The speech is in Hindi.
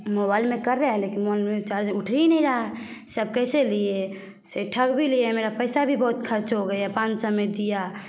मोबाईल में कर रहा हैं लेकिन मोइल में चार्ज उठ ही नहीं रहा है सब कैसे लिए से ठग भी लिया मेरा पैसा भी बहुत ख़र्च हो गया पाँच सौ में दिया